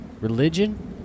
Religion